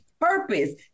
purpose